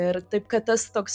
ir taip kad tas toks